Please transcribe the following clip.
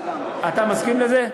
אתה מסכים לזה.